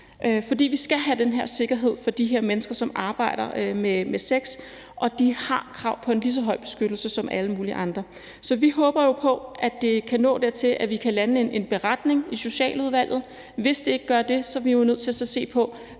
For vi skal have den her sikkerhed for de her mennesker, som arbejder med sex, og de har krav på at have en lige så høj beskyttelse som alle mulige andre. Så vi håber jo på, at det kan nå dertil, at vi kan lande en beretning i Socialudvalget, men hvis det ikke gør det, så er vi jo nødt til at se på,